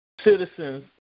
citizens